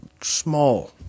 small